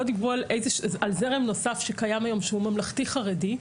דיברו על זרם נוסף שקיים היום ממלכתי חרדי.